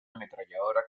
ametralladora